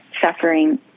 suffering